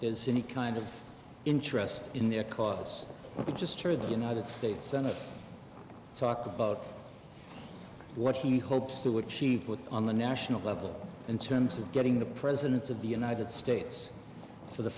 there's any kind of interest in their cause i just heard the united states senate talk about what he hopes to achieve put on the national level in terms of getting the president of the united states for the